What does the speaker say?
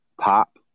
pop